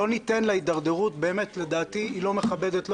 לא ניתן להתדרדרות לדעתי היא לא מכבדת את